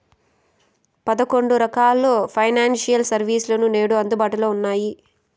పదకొండు రకాల financial service లు నేడు అందుబాటులో ఉన్నాయి